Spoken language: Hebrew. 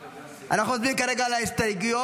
אנחנו מצביעים כרגע על ההסתייגויות.